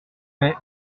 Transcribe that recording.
mais